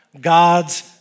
God's